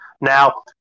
now